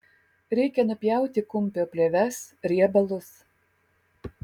reikia nupjauti kumpio plėves riebalus